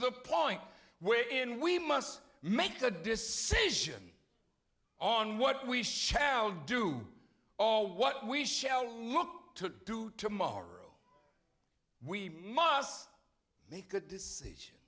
the point where in we must make the decision on what we shall do all what we shall look to do tomorrow we must make a decision